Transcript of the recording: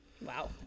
Wow